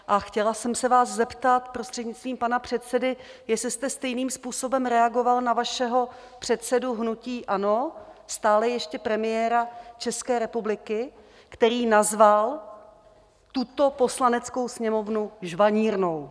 A chtěla jsem se vás zeptat, prostřednictvím pana předsedy, jestli jste stejným způsobem reagoval na vašeho předsedu hnutí ANO, stále ještě premiéra České republiky, který nazval tuto Poslaneckou sněmovnu žvanírnou?